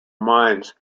minds